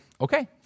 okay